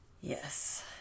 Yes